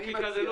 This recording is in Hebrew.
בחקיקה זה לא